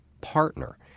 partner